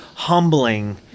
Humbling